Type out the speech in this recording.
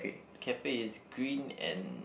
cafe is green and